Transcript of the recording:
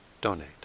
donate